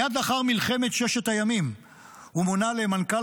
מייד לאחר מלחמת ששת הימים הוא מונה למנכ"ל